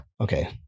Okay